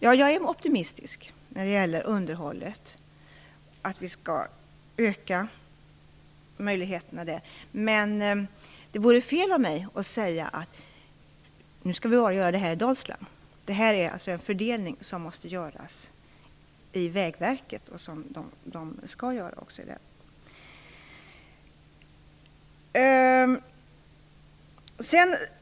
Ja, jag är optimistisk när det gäller att öka möjligheterna i underhållet, men det vore fel av mig att säga att detta skall göras i Dalsland. Denna fördelning måste och skall göras av Vägverket.